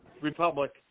republic